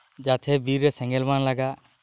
ᱡᱟᱛᱮ ᱵᱤᱨ ᱨᱮ ᱥᱮᱸᱜᱮᱞ ᱵᱟᱝ ᱞᱟᱜᱟᱜ